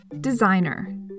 Designer